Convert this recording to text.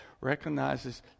recognizes